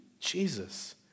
Jesus